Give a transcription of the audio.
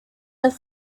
las